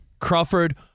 Crawford